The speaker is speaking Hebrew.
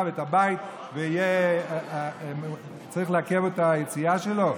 ואת הבית ושצריך לעכב את היציאה שלו?